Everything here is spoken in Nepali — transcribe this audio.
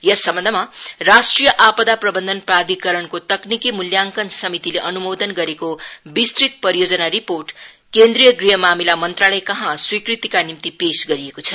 यस सम्बन्धमा राष्ट्रिय आपदा प्रबन्धन प्रधिकरणको तकनिकी मूल्यांकन समितिले अनुमोदन गरेको विस्तृत परियोजना रिपोर्ट केन्द्रीय गृह मामला मंत्रालयकहाँ रचीकृतिका निम्ति पेश गरिएको छ